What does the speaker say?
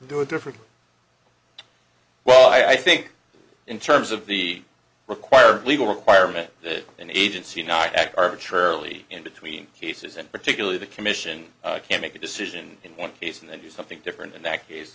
it differently well i think in terms of the required legal requirement that an agency not act arbitrarily in between cases and particularly the commission can make a decision in one case and then do something different in that case